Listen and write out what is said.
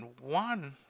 one